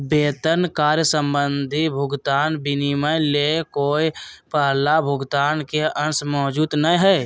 वेतन कार्य संबंधी भुगतान विनिमय ले कोय पहला भुगतान के अंश मौजूद नय हइ